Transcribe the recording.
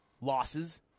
Losses